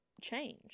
change